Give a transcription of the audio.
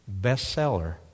bestseller